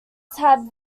have